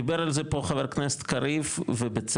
דיבר על זה פה חבר הכנסת קריב ובצדק.